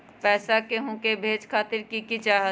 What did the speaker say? पैसा के हु के भेजे खातीर की की चाहत?